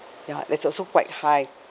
ya that's also quite high